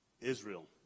Israel